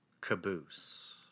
caboose